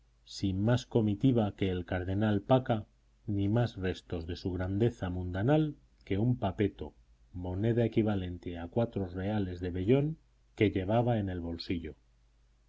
sin más comitiva que el cardenal pacca ni más restos de su grandeza mundanal que un papetto moneda equivalente a cuatro reales de vellón que llevaba en el bolsillo